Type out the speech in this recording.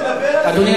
תדבר לעניין, עזוב את